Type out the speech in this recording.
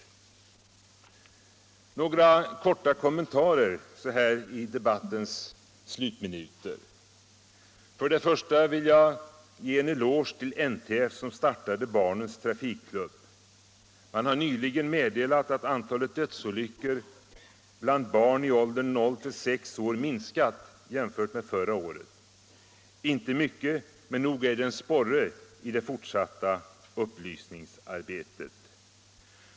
Så några korta kommentarer så här i debattens slutminuter. Först och främst vill jag ge en eloge till NTF, som startade barnens trafikklubb. NTF har nyligen meddelat att antalet dödsolyckor bland barn i åldern 0-6 år minskat jämfört med förra året — inte mycket, men nog är det en sporre i det fortsatta upplysningsarbetet.